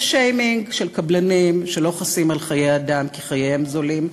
לשיימינג של קבלנים שלא חסים על חיי אדם כי חייהם זולים,